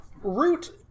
Root